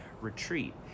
retreat